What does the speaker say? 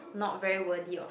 not very worthy of